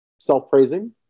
self-praising